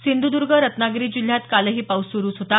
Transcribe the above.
सिंधुद्र्ग रत्नागिरी जिल्ह्यात कालही पाऊस सुरुच होता